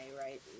right